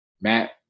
Matt